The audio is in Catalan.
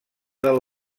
del